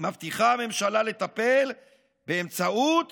מבטיחה הממשלה לטפל באמצעות